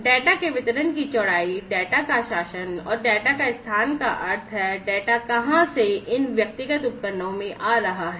data के वितरण की चौड़ाई डेटा का शासन और डेटा का स्थान का अर्थ है कि डेटा कहाँ से इन व्यक्तिगत उपकरणों में आ रहा हैं